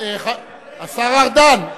השר ארדן.